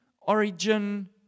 origin